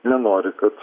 nenori kad